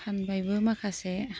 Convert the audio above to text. फानबायबो माखासे